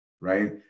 right